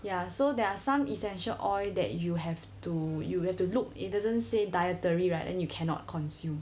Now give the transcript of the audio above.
ya so there are some essential oil that you have to you have to look it doesn't say dietary right then you cannot consume